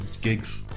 Gigs